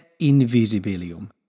invisibilium